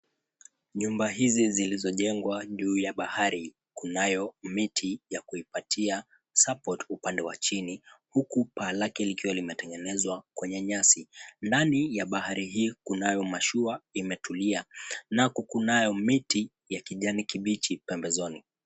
Nyumba hizi zilizojengwa juu ya bahari, kunayo miti ya kuipatia support upande wa chini huku paa lake likiwa limetengenezwa kwenye nyasi. Ndani ya bahari hii kunayo mashua imetulia na kunayo miti ya kijani kibichi pembezoni.